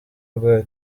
rwa